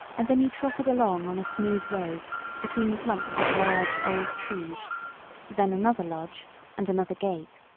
and then you trotted along on a smooth road between clumps of large old trees then another lodge and another gate,